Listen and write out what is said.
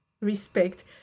respect